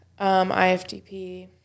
IFDP